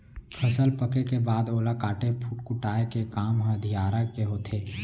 फसल पके के बाद ओला काटे कुटाय के काम ह अधियारा के होथे